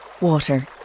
Water